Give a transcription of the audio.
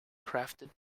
crafted